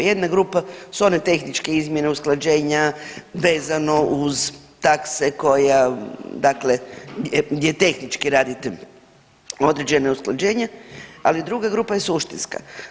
Jedna grupa su one tehničke izmjene usklađenja vezano uz takse koja dakle gdje tehnički radite određena usklađenja, ali druga grupa je suštinska.